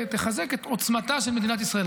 ותחזק את עוצמתה של מדינת ישראל.